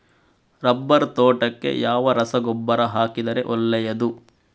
Rubber ತೋಟಕ್ಕೆ ಯಾವ ರಸಗೊಬ್ಬರ ಹಾಕಿದರೆ ಒಳ್ಳೆಯದು?